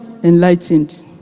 enlightened